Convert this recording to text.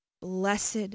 Blessed